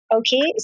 okay